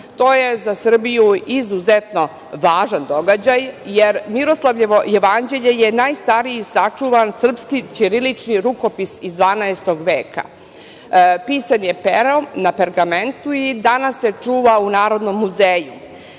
To je za Srbiju izuzetno važan događaj, jer Miroslavljevo jevanđelje je najstariji sačuvan srpski ćirilični rukopis iz 12. veka. Pisan je perom na pergamentu i danas se čuva u Narodnom